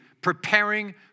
preparing